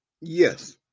Yes